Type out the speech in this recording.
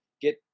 get